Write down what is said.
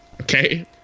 Okay